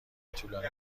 طولانی